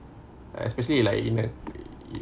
especially like in a in